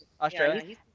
Australia